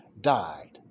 died